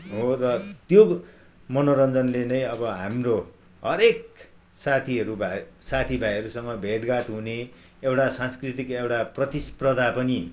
हो र त्यो मनोरञ्जनले नै हाम्रो हरेक साथीहरूभाइ साथीभाइहरूसँग भेटघाट हुने एउटा सांस्कृतिक एउटा प्रतिस्पर्धा पनि